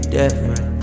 different